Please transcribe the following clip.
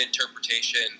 interpretation